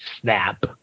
snap